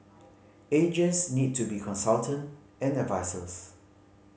agents need to be consultant and advisers